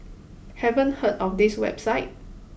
haven't heard of this website